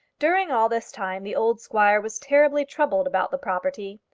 during all this time the old squire was terribly troubled about the property.